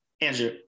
Andrew